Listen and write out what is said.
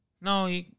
No